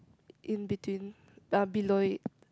in between uh below it